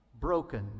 broken